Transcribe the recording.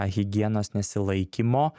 higienos nesilaikymo